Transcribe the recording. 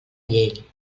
llei